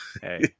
Hey